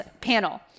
panel